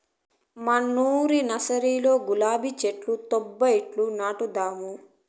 మనూరి నర్సరీలో గులాబీ చెట్లు తేబ్బా ఇంట్ల నాటదాము